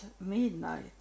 midnight